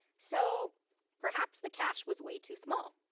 so perhaps the cache was way too small,